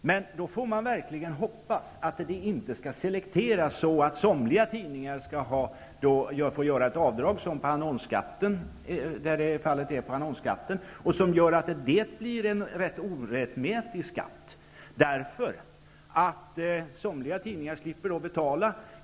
Men då får man hoppas att det inte skall ske någon selektering så att somliga tidningar skall kunna yrka avdrag, såsom fallet är med annonsskatten, som gör att momsen blir en orättmätig skatt. Somliga tidningar slipper då betala skatt.